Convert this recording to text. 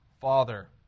Father